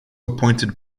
appointed